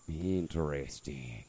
Interesting